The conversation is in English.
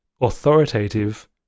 Authoritative